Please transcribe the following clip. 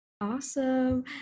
Awesome